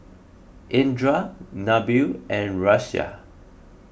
Indra Nabil and Raisya